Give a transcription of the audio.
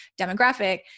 demographic